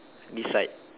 this side